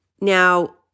Now